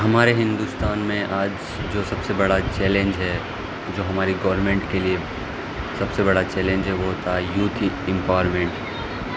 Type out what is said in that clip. ہمارے ہندوستان میں آج جو سب سے بڑا چیلنج ہے جو ہماری گورمنٹ کے لیے سب سے بڑا چیلنج ہے وہ ہوتا ہے یوتھ امپاورمنٹ